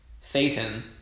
Satan